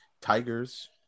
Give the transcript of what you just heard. Tigers